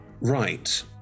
Right